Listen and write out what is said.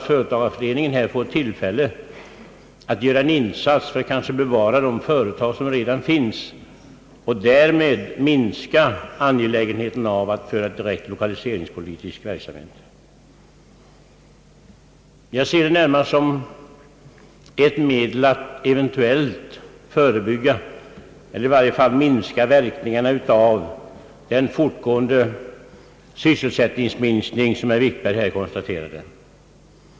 Företagareföreningen får alltså här tillfälle att göra en insats för att kanske bevara de företag, som redan finns, och därmed minska angelägenheten av att bedriva en direkt lokaliseringspolitisk verksamhet. Jag ser detta närmast som ett medel att eventuellt förebygga eller i varje fall minska verkningarna av den fortgående sysselsättningsminskning som herr Wikberg här konstaterade.